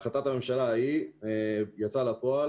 החלטת הממשלה ההיא יצאה לפועל,